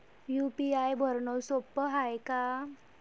UPI भरनं सोप हाय का?